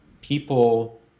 people